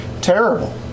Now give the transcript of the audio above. terrible